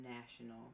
national